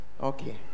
Okay